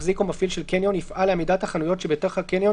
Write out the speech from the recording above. מחזיק או מפעיל של קניון יפעל לעמידת החנויות שבתוך הקניון